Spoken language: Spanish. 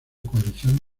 coalición